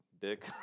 dick